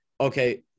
okay